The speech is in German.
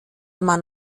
man